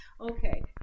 Okay